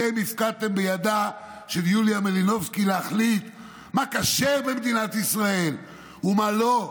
אתם הפקדתם בידה של יוליה מלינובסקי להחליט מה כשר במדינת ישראל ומה לא,